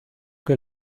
que